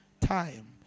time